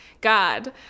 god